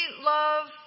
love